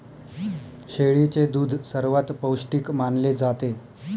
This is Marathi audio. शेळीचे दूध सर्वात पौष्टिक मानले जाते